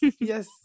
Yes